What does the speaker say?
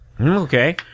Okay